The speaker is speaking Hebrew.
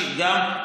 שגם,